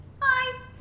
Hi